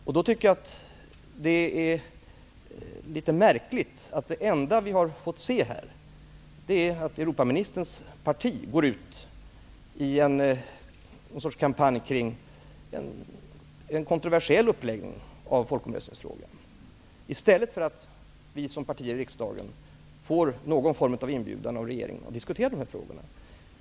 Jag tycker att det är litet märkligt att det enda vi har fått se är att Europaministerns parti gått ut i någon sorts kampanj med en kontroversiell uppläggning av folkomröstningsfrågan, i stället för att vi som partier i riksdagen får någon form av inbjudan av regeringen att diskutera de här frågorna.